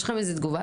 יש לכם תגובה?